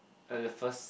like the first